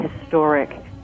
historic